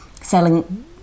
selling